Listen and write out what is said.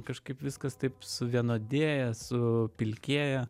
kažkaip viskas taip suvienodėja supilkėja